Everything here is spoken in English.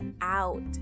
out